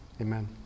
amen